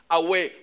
away